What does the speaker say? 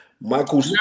Michael